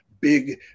big